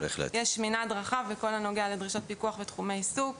אז יש מנעד רחב בכל הנוגע לדרישות פיקוח ותחומי עיסוק.